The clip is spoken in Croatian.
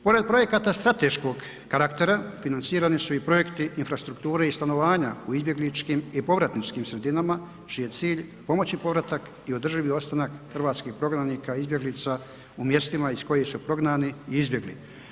Pored projekata strateškog karaktera financirani su i projekti infrastrukture i stanovanja u izbjegličkim i povratničkim sredinama čiji je cilj pomoći povratak i održivi ostanak hrvatskih prognanika, izbjeglica u mjestima iz kojih su prognani i izbjegli.